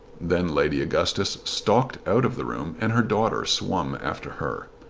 then lady augustus stalked out of the room and her daughter swum after her.